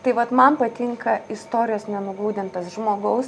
tai vat man patinka istorijos nenugludintas žmogaus